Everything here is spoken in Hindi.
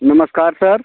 नमस्कार सर